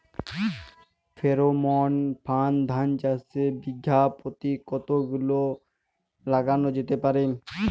Pheromone ফাঁদ ধান চাষে বিঘা পতি কতগুলো লাগানো যেতে পারে?